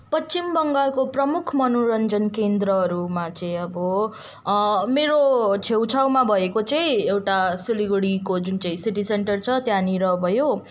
पश्चिम बङ्गालको प्रमुख मनोरञ्जन केन्द्रहरूमा चाहिँ अब मेरो छेउछाउमा भएको चाहिँ एउटा सिलगढीको जुन चाहिँ सिटी सेन्टर छ त्यहाँनिर भयो